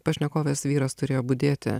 pašnekovės vyras turėjo budėti